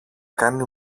κάνει